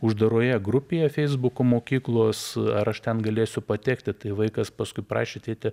uždaroje grupėje feisbuko mokyklos ar aš ten galėsiu patekti tai vaikas paskui prašė tėti